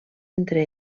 entre